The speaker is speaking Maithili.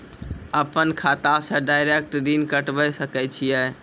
अपन खाता से डायरेक्ट ऋण कटबे सके छियै?